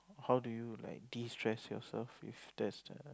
how do you like destress yourself if that's the